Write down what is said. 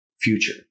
future